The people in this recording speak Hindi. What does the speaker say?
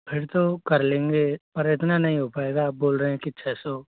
फिर तो कर लेंगे पर इतना नहीं हो पायेगा आप बोल रहे हैं कि छ सौ